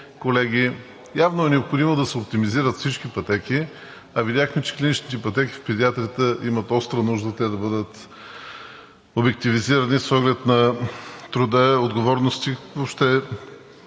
колеги. Явно е необходимо да се оптимизират всички пътеки, а видяхме, че клиничните пътеки в педиатрията имат остра нужда да бъдат обективизирани с оглед на труда, отговорностите,